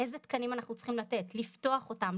איזה תקנים אנחנו צריכים לתת, לפתוח אותם.